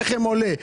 מחירי הלחם שעולים,